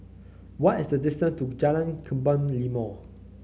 what is the distance to Jalan Kebun Limau